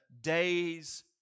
day's